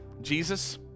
Jesus